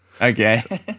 Okay